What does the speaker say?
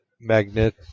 magnet